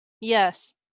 Yes